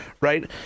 right